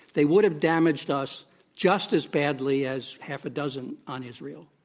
they would have damaged us just as badly as half a dozen on israel.